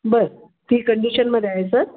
बरं ती कंडिशनमध्ये आहे सर